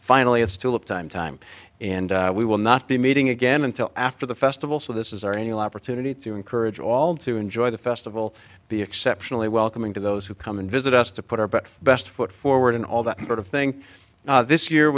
finally it's still up time time and we will not be meeting again until after the festival so this is our annual opportunity to encourage all to enjoy the festival be exceptionally welcoming to those who come and visit us to put our but best foot forward and all that sort of thing this year